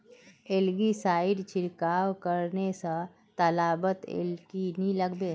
algae side छिड़काव करने स तालाबत एलगी नी लागबे